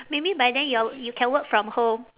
maybe by then your you can work from home